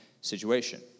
situation